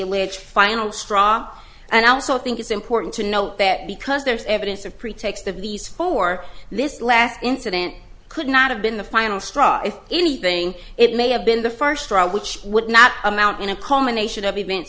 alleged final straw and i also think it's important to note that because there is evidence of pretext of these four for this last incident could not have been the final straw if anything it may have been the first trial which would not amount in a culmination of events